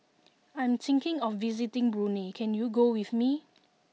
I am thinking of visiting Brunei can you go with me